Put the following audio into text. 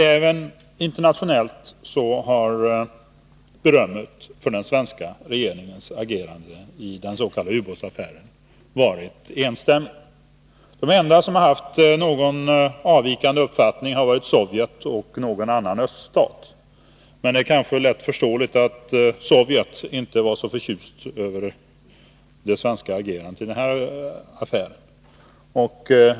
Även internationellt har berömmet för den svenska regeringens agerande i den s.k. ubåtsaffären varit enstämmigt. De enda som har haft en avvikande uppfattning har varit Sovjet och någon annan öststat. Det är kanske lättförståeligt att Sovjet inte var så förtjust över det svenska agerandet i denna affär.